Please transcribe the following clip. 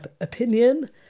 opinion